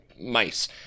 mice